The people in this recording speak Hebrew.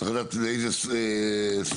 צריך לדעת איזה סוגים,